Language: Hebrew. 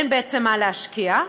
אין בעצם מה להשקיע.